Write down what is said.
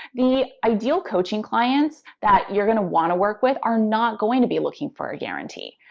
the ideal coaching clients that you're going to want to work with are not going to be looking for a guarantee.